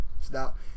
Stop